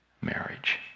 marriage